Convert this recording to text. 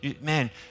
Man